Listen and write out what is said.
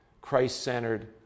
Christ-centered